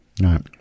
Right